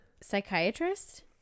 psychiatrist